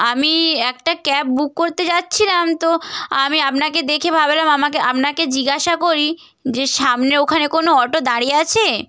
আমি একটা cab book করতে যাচ্ছিলাম তো আমি আপনাকে দেখে ভাবলাম আমাকে আপনাকে জিজ্ঞাসা করি যে সামনে ওখানে কোনো অটো দাঁড়িয়ে আছে